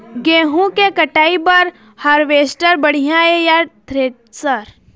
गेहूं के कटाई बर हारवेस्टर बढ़िया ये या थ्रेसर?